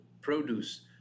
produce